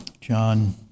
John